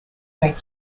make